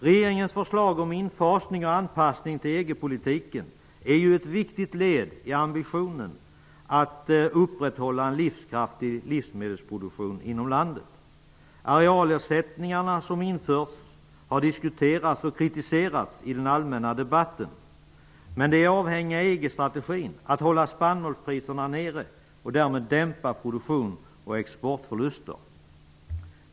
Regeringens förslag om infasning och om en anpassning till EG-politiken är ju ett viktigt led i ambitionen att upprätthålla en livskraftig livsmedelsproduktion inom landet. De arealersättningar som införts har diskuterats och kritiserats i den allmänna debatten. Men de är avhängiga EG-strategin: att hålla spannmålspriserna nere och därmed dämpa produktionen och exportförlusterna.